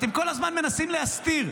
אתם כל הזמן מנסים להסתיר.